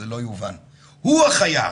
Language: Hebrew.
הוא החיה.